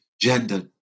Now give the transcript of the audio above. gender